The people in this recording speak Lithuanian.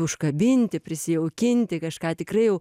užkabinti prisijaukinti kažką tikrai jau